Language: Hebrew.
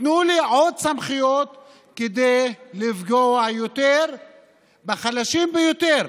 תנו לי עוד סמכויות כדי לפגוע יותר בחלשים ביותר,